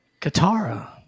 Katara